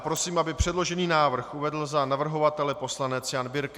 Prosím, aby předložený návrh uvedl za navrhovatele poslanec Jan Birke.